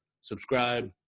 subscribe